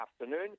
afternoon